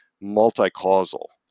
multi-causal